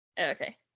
Okay